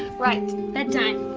right. bedtime.